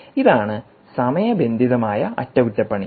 ഇതാണ് സമയബന്ധിതമായ അറ്റകുറ്റപ്പണി